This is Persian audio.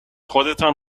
خودتان